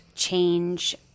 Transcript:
change